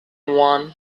one